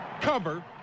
cover